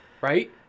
Right